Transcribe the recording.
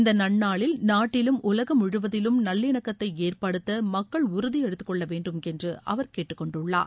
இந்த நன்னாளில் நாட்டிலும் உலகம் முழுவதிலும் நல்லிணக்கத்தை ஏற்படுத்த மக்கள் உறுதி எடுத்துக்கொள்ள வேண்டும் என்று அவர் கேட்டுக்கொண்டுள்ளார்